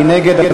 מי נגד?